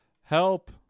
help